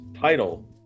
title